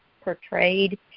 portrayed